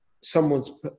someone's